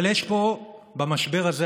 אבל יש פה במשבר הזה,